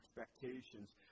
expectations